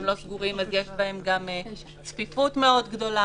לא סגורים אלא יש בהם גם צפיפות מאוד גדולה,